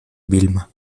vilma